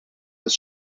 das